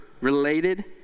related